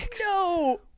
no